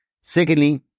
Secondly